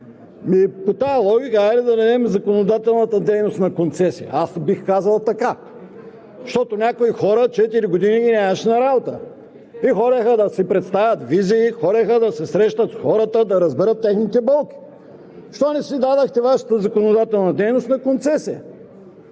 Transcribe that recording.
по тази логика, хайде да дадем законодателната дейност на концесия – аз бих казал така!? Защото някои хора четири години – страшна работа. И ходеха да си представят визии, ходеха да се срещат с хората, да разберат техните болки. Защо не си дадохте Вашата законодателна дейност на концесия?!